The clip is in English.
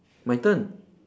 my turn